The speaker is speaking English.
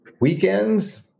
Weekends